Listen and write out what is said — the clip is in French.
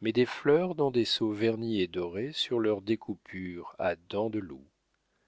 mais des fleurs dans des seaux vernis et dorés sur leurs découpures à dents de loup